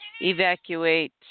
evacuate